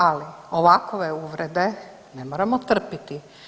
Ali, ovakove uvrede ne moramo trpiti.